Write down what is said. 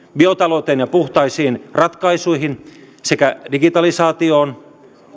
biotalouteen ja puhtaisiin ratkaisuihin sekä digitalisaatioon